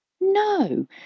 No